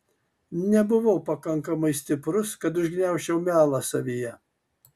nebuvau pakankamai stiprus kad užgniaužčiau melą savyje